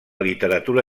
literatura